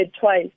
twice